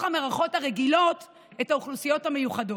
המערכות הרגילות את האוכלוסיות המיוחדות.